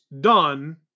done